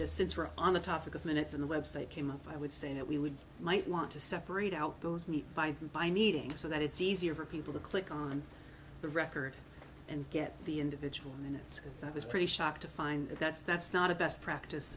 just since we're on the topic of minutes on the website came up i would say that we would might want to separate out those meet by by meeting so that it's easier for people to click on the record and get the individual and it's i was pretty shocked to find that that's that's not a best practice